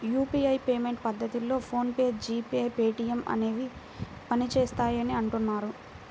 UPI payment పద్ధతిలో PhonePe, G pay, Paytm అనేవి పనిచేస్తాయని అంటున్నారు